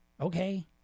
Okay